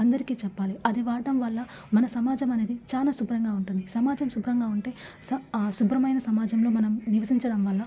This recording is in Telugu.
అందరికి చెప్పాలి అది వాడటం వల్ల మన సమాజం అనేది చాలా శుభ్రంగా ఉంటుంది సమాజం శుభ్రంగా ఉంటే స ఆ శుభ్రమైన సమాజంలో మనం నివసించడం వల్ల